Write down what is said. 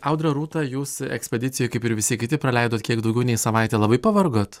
audra rūta jūs ekspedicijoj kaip ir visi kiti praleidot kiek daugiau nei savaitę labai pavargot